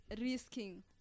risking